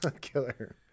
killer